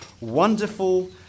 wonderful